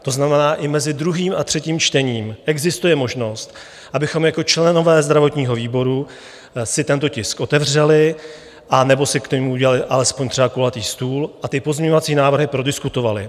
To znamená, i mezi druhým a třetím čtením existuje možnost, abychom jako členové zdravotního výboru si tento tisk otevřeli anebo si k němu udělali alespoň třeba kulatý stůl a ty pozměňovací návrhy prodiskutovali.